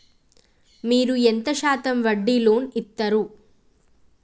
మీరు ఎంత శాతం వడ్డీ లోన్ ఇత్తరు?